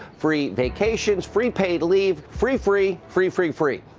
free vacations, free paid leave, free, free, free, free free